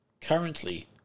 Currently